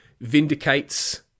vindicates